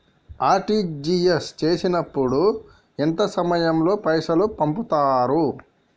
RTGS చేసినప్పుడు ఎంత సమయం లో పైసలు పంపుతరు?